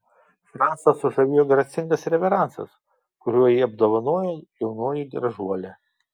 francą sužavėjo gracingas reveransas kuriuo jį apdovanojo jaunoji gražuolė